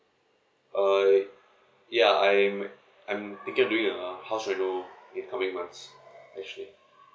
uh ya I'm I'm thinking of doing uh house renewal incoming months actually